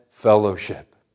fellowship